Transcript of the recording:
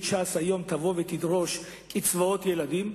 ש"ס תבוא היום ותדרוש קצבאות ילדים,